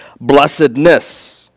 blessedness